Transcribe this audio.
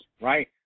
right